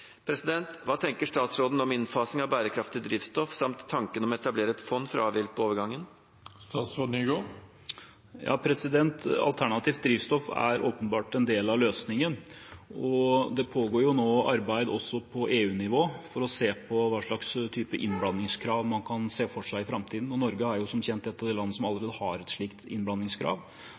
Hva tenker statsråden om innfasing av bærekraftig drivstoff og om tanken om å etablere et fond for å avhjelpe overgangen? Alternativt drivstoff er åpenbart en del av løsningen, og det pågår nå arbeid også på EU-nivå for å se på hva slags innblandingskrav man kan se for seg i framtiden. Norge er som kjent ett av de landene som allerede har et slikt innblandingskrav,